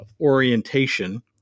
orientation